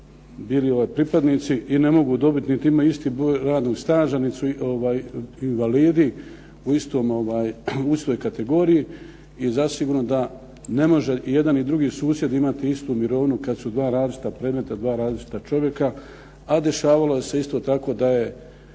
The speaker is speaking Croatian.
bili pripadnici i ne mogu dobiti niti imaju isti broj radnog staža nit su invalidi u istoj kategoriji i zasigurno da ne može i jedan i drugi susjed imati istu mirovinu kad su 2 različita predmeta, 2 različita čovjeka, a dešavalo se isto tako da je